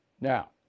Now